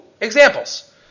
Examples